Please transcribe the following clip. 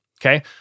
Okay